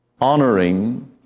honoring